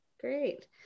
Great